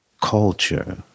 culture